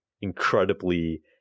incredibly